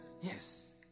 yes